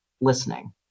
listening